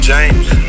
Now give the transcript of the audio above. James